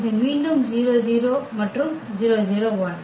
இது மீண்டும் 0 0 மற்றும் 0 0 1